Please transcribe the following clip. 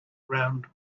round